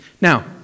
Now